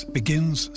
begins